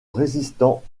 résistant